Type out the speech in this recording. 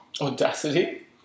Audacity